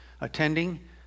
attending